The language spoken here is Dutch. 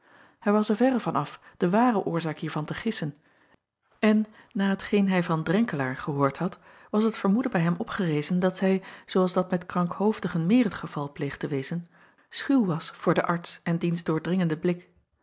hij was er verre van af de ware oorzaak hiervan te gissen en na hetgeen hij van renkelaer gehoord had was het vermoeden bij hem opgerezen dat zij zoo als dat met krankhoofdigen meer het geval pleegt te wezen schuw was voor den arts en diens doordringenden blik